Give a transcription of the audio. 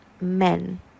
men